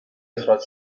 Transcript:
اخراج